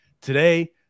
Today